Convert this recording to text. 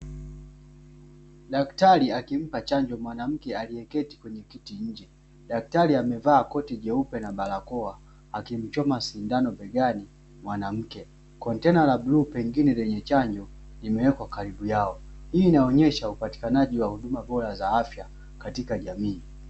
Daktari akimpa chanjo mwanamke aliyeketi kwenye kiti nje, daktari amevaa koti jeupe na barakoa akimchoma sindano begani mwanamke. Kontena la bluu pengine lenye chanjo limewekwa karibu yao, hii inaonyesha upatikanaji wa huduma bora za afya katika jamii.